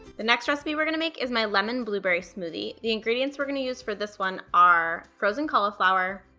the next recipe we're gonna make is my lemon blueberry smoothie. the ingredients we're gonna use for this one are frozen cauliflower,